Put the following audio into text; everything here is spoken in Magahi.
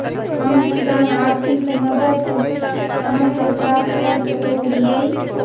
हम किसान आर्थिक मदत कहा से प्राप्त कर सको हियय?